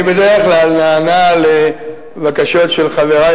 אני בדרך כלל נענה לבקשות של חברי